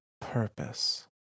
purpose